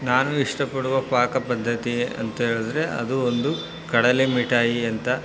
ನಾನು ಇಷ್ಟಪಡುವ ಪಾಕಪದ್ದತಿ ಅಂತ್ಹೇಳಿದ್ರೆ ಅದು ಒಂದು ಕಡಲೆ ಮಿಠಾಯಿ ಅಂತ